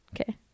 Okay